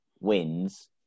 wins